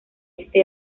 este